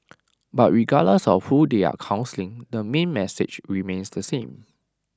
but regardless of who they are counselling the main message remains the same